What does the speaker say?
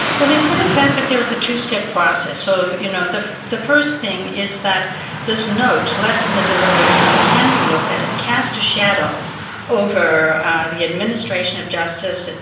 well, they said in fact that there is a two-step process. so you know the the first thing is that this note left in the deliberation room can be looked at, it cast a shadow over the administration of justice,